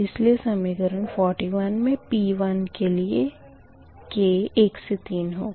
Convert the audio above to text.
इसीलिए समीकरण 41 मे P1 के लिए k एक से तीन तक होगा